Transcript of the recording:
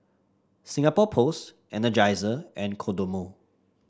Singapore Post Energizer and Kodomo